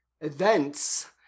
Events